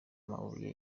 amabuye